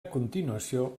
continuació